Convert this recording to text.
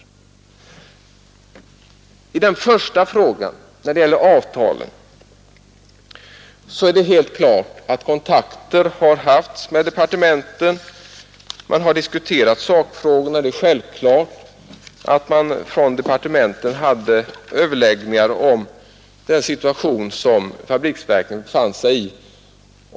I den första frågan, som gäller avtalen, är det helt klart att kontakt har tagits med departementen och att man diskuterat sakfrågorna. Det är självklart att man från departementen hade överläggningar om den situation som fabriksverken befann sig i.